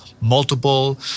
multiple